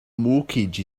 mortgage